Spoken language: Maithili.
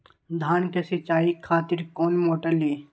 धान के सीचाई खातिर कोन मोटर ली?